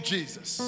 Jesus